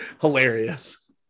hilarious